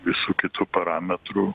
visų kitų parametrų